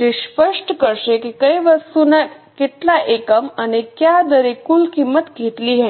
જે સ્પષ્ટ કરશે કે કઈ વસ્તુના કેટલા એકમ અને કયા દરે કુલ કિંમત કેટલી હશે